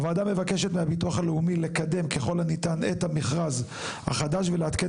5. הוועדה מבקשת מהביטוח הלאומי לקדם כל הניתן את המכרז החדש ולעדכן